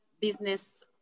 business